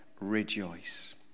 rejoice